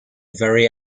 very